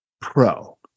pro